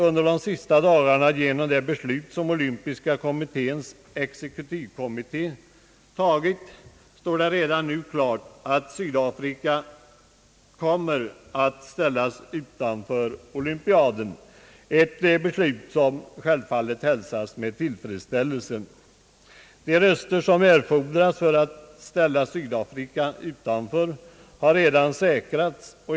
Med det beslut som olympiska kommitténs exekutivkommitté under de senaste dagarna fattat står det redan nu klart att Sydafrika kommer att ställas utanför olympiaden — ett beslut som självfallet hälsas med tillfredsställelse. De röster som erfordras för att ställa Sydafrika utanför har redan säkrats.